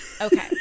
Okay